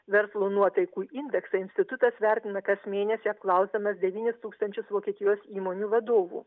verslo nuotaikų indeksą institutas vertina kas mėnesį apklausdamas devynis tūkstančius vokietijos įmonių vadovų